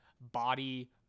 body